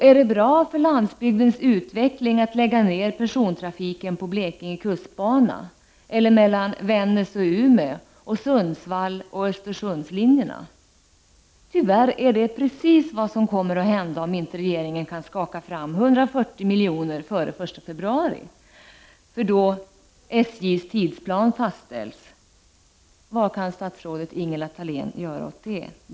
Är det bra för utvecklingen att lägga ned persontrafiken på Blekinge kustbana eller mellan Vännäs och Umeå eller på Sundsvall Östersunds-linjen? Tyvärr är det precis vad som kommer att hända om regeringen inte kan skaffa fram 140 milj.kr. före den 1 februari, då SJ:s tidsplan fastställs. Vad kan statsrådet Ingela Thalén göra åt det?